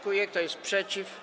Kto jest przeciw?